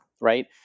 right